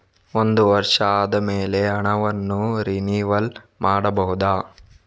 ಒಂದು ವರ್ಷ ಆದಮೇಲೆ ಹಣವನ್ನು ರಿನಿವಲ್ ಮಾಡಬಹುದ?